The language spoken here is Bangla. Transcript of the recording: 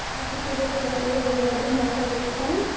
আচ্ছা ঠিক আছে রাত্রিরে রবিবার দিন দেখা হচ্ছে কেমন